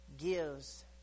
gives